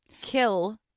kill